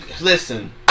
Listen